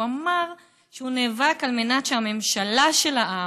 והוא אמר שהוא נאבק על מנת שהממשלה של העם,